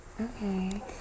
Okay